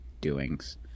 doings